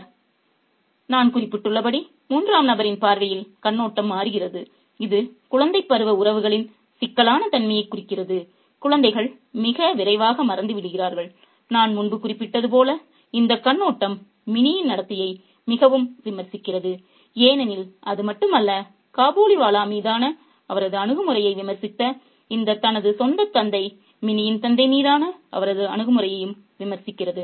எனவே நான் குறிப்பிட்டுள்ளபடி மூன்றாம் நபரின் பார்வையில் கண்ணோட்டம் மாறுகிறது இது குழந்தை பருவ உறவுகளின் சிக்கலான தன்மையைக் குறிக்கிறது குழந்தைகள் மிக விரைவாக மறந்துவிடுகிறார்கள் நான் முன்பு குறிப்பிட்டது போல இந்தக் கண்ணோட்டம் மினியின் நடத்தையை மிகவும் விமர்சிக்கிறது ஏனெனில் அது மட்டுமல்ல காபூலிவாலா மீதான அவரது அணுகுமுறையை விமர்சித்த இது தனது சொந்தத் தந்தை மினியின் தந்தை மீதான அவரது அணுகுமுறையையும் விமர்சிக்கிறது